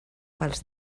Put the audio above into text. pels